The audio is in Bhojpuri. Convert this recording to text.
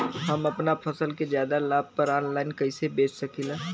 हम अपना फसल के ज्यादा लाभ पर ऑनलाइन कइसे बेच सकीला?